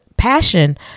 passion